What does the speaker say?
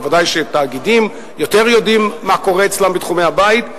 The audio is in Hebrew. ודאי שתאגידים גדולים יותר יודעים מה קורה אצלם בתחומי הבית,